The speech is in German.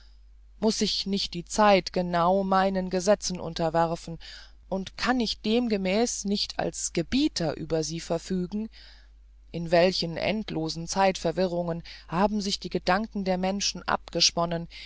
mußte sich nicht die zeit genau meinen gesetzen unterwerfen und kann ich demgemäß nicht als gebieter über sie verfügen in welch endloser zeitverwirrung haben sich die geschicke der menschen abgesponnen